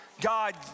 God